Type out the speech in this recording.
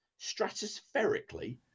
stratospherically